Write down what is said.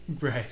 Right